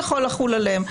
יכול לחול עליהם.